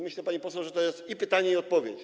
Myślę, pani poseł, że to jest i pytanie, i odpowiedź.